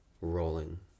rolling